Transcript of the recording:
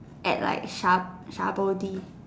at like sha~